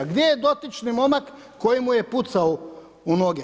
Gdje je dotični momak koji mu je pucao u noge?